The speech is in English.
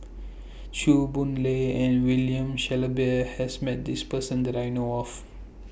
Chew Boon Lay and William Shellabear has Met This Person that I know of